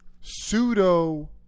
pseudo